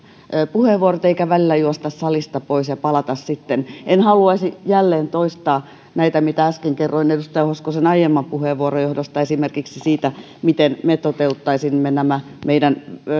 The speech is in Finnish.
puheenvuorot eikä välillä juosta salista pois ja palata sitten en haluaisi jälleen toistaa näitä mitä äsken kerroin edustaja hoskosen aiemman puheenvuoron johdosta esimerkiksi siitä miten me toteuttaisimme meidän